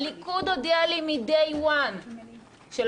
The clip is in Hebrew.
הליכוד הודיע לי מ-day one שבבחירות